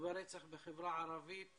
וברצח בחברה הערבית